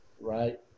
right